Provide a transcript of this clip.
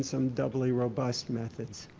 some doubly robust methods.